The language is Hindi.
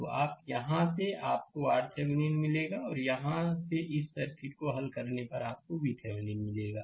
तो आप यहाँ से हैं आपको RThevenin मिलेगा और यहाँ से इस सर्किट को हल करने पर आपको VThevenin मिलेगा